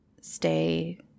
stay